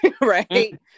right